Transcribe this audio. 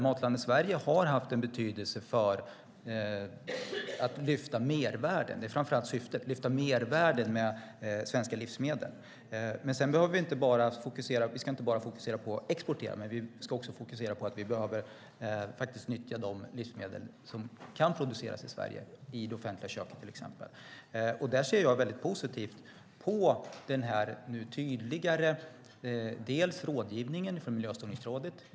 Matlandet Sverige har haft betydelse för att lyfta fram mervärden hos svenska livsmedel, och det är det främsta syftet. Sedan ska vi inte bara fokusera på att exportera, utan vi ska också fokusera på att nyttja de livsmedel som kan produceras i Sverige till exempel i det offentliga köket. Jag ser väldigt positivt på den tydligare rådgivningen från Miljöstyrningsrådet.